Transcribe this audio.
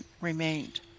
remained